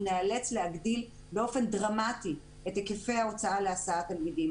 נאלץ להגדיל באופן דרמטי את היקפי ההוצאה להסעת תלמידים.